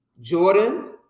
Jordan